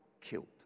killed